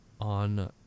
on